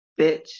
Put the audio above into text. Bitch